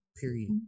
period